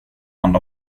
hand